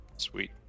Sweet